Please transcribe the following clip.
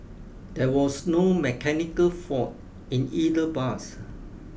there was no mechanical fault in either bus